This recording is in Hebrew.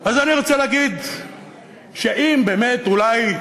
אז אני רוצה להגיד שאם באמת אולי,